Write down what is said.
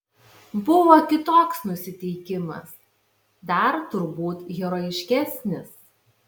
buvo kitoks nusiteikimas dar turbūt herojiškesnis